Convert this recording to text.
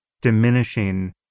diminishing